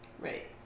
Right